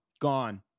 gone